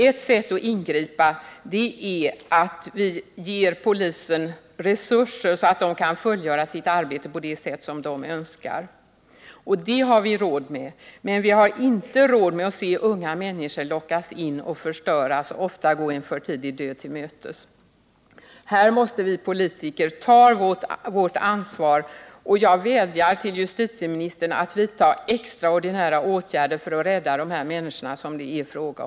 Ett sätt att ingripa är att ge polisen resurser, så att den kan fullgöra sitt arbete på det sätt som den önskar. Det har vi råd med. Men vi har inte råd med att låta unga människor lockas in i missbruket och förstöras och ofta gå en för tidig död till mötes. Här måste vi politiker ta vårt ansvar, och jag vädjar till justitieministern att vidta extraordinära åtgärder för att rädda de här människorna.